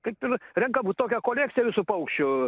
kaip ir renkam tokią kolekciją visų paukščių